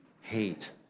hate